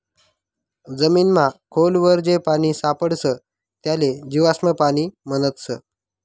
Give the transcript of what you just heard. जमीनमा खोल वर जे पानी सापडस त्याले जीवाश्म पाणी म्हणतस